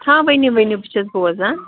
ہاں ؤنِو ؤنِو بہٕ چھَس بوزان